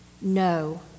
No